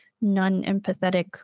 non-empathetic